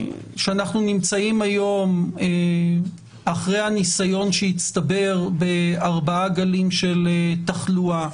אנחנו נמצאים היום אחרי הניסיון שהצטבר בארבעה גלים של תחלואה,